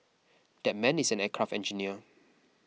that man is an aircraft engineer